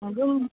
ꯑꯗꯨꯝ